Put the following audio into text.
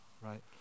right